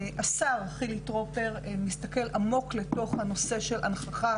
השר חילי טרופר מסתכל עמוק לנושא של הנכחה